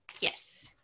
Yes